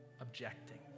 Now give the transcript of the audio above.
objecting